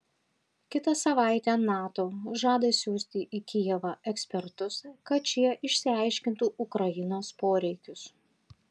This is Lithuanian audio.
kitą savaitę nato žada siųsti į kijevą ekspertus kad šie išsiaiškintų ukrainos poreikius